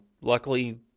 luckily